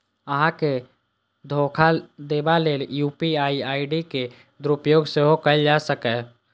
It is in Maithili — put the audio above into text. अहां के धोखा देबा लेल यू.पी.आई आई.डी के दुरुपयोग सेहो कैल जा सकैए